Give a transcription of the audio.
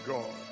God